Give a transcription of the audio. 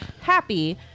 happy